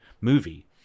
movie